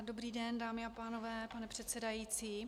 Dobrý den, dámy a pánové, pane předsedající.